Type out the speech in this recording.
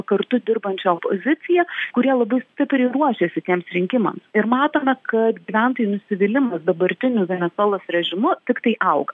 kartu dirbančią poziciją kurie labai stipriai ruošiasi tiems rinkimams ir matome kad gyventojų nusivylimas dabartiniu venesuelos režimu tiktai auga